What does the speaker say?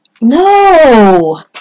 No